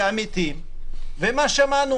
ומה שמענו